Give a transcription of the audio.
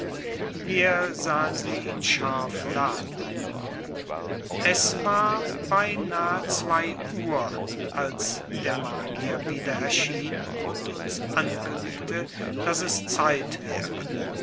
wir sahen sie ihn scharf laden es war beinahe zwei uhr als der magier wieder erschien und uns ankündigte daß es zeit wäre